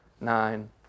nine